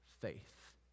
faith